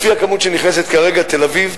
לפי הכמות שנכנסת כרגע תל-אביב,